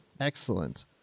Excellent